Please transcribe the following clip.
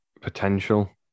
potential